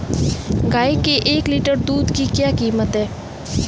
गाय के एक लीटर दूध की क्या कीमत है?